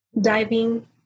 diving